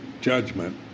Judgment